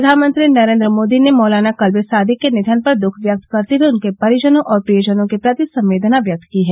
प्रधानमंत्री नरेन्द्र मोदी ने मौलाना कल्बे सादिक के निधन पर दुख व्यक्त करते हुए उनके परिजनों और प्रियजनों के प्रति संवेदना व्यक्त की है